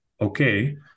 okay